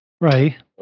right